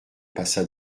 passa